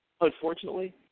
unfortunately